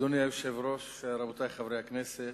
אדוני היושב-ראש, רבותי חברי הכנסת,